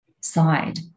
side